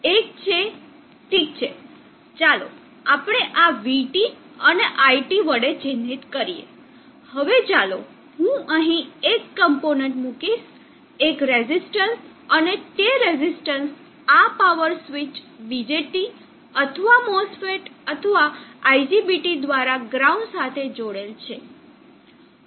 એક છે ઠીક છે ચાલો આપણે આ vT અને iT વડે ચિહ્નિત કરીએ હવે ચાલો હું અહીં એક કમ્પોનન્ટ મુકીશ એક રેઝિસ્ટન્સ અને તે રેઝિસ્ટન્સ આ પાવર સ્વીચ BJT અથવા MOSFET અથવા IGBT દ્વારા ગ્રાઉન્ડ સાથે જોડાયેલ છે